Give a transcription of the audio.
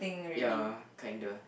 ya kinda